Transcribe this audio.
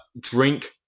drink